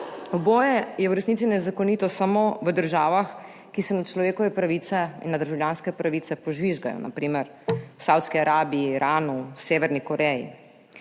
Oboje je v resnici nezakonito samo v državah, ki se na človekove pravice in na državljanske pravice požvižgajo, na primer v Savdski Arabiji, Iranu, Severni Koreji.